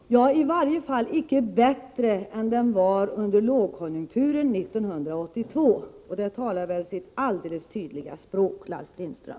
Herr talman! Jag vill erinra om att arbetsmarknadssituationen i varje fall icke är bättre än den var under lågkonjunkturen 1982, vilket väl talar sitt alldeles tydliga språk, Ralf Lindström.